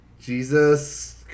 Jesus